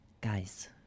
Guys